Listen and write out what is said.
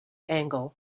angle